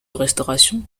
restauration